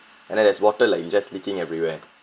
and then there's water like it just leaking everywhere